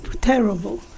terrible